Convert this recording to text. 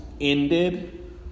ended